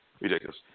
Ridiculous